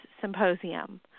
Symposium